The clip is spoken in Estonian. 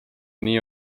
nii